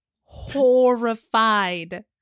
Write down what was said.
horrified